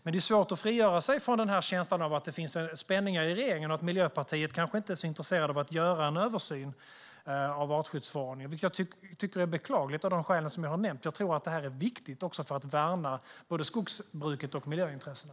Det är dock svårt att frigöra sig från känslan av att det finns spänningar i regeringen och att Miljöpartiet kanske inte är så intresserat av att göra en översyn av artskyddsförordningen. Det tycker jag är beklagligt, av de skäl jag har nämnt. Jag tror att detta är viktigt också för att värna både skogsbruket och miljöintressena.